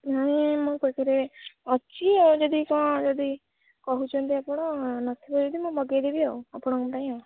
ନାହିଁ ମୋ ପାଖରେ ଅଛି ଯଦି କଁ ଯଦି କହୁଛନ୍ତି ଆପଣ ନ ଥିବ ଯଦି ମୁଁ ମଗେଇ ଦେବି ଆଉ ଆପଣଙ୍କ ପାଇଁ